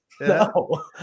No